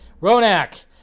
Ronak